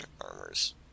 armors